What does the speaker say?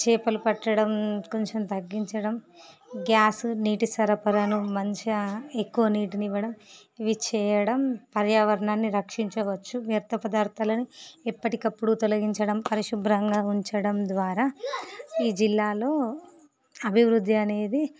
చేపలు పట్టడం కొంచం తగ్గించడం గ్యాస్ నీటి సరఫరాను మంచిగా ఎక్కువ నీటిని ఇవ్వడం ఇవి చేయడం పర్యావరణాన్ని రక్షించవచ్చు వ్యర్థ పదార్థాలని ఎప్పటికప్పుడు తొలగించడం పరిశుభ్రంగా ఉంచడం ద్వారా ఈ జిల్లాలో అభివృద్ధి అనేది